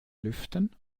lüften